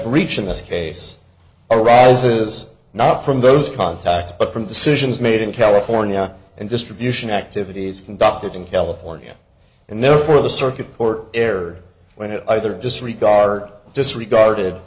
breach in this case arouses not from those contacts but from decisions made in california and distribution activities conducted in california and therefore the circuit court erred when it either disregard disregarded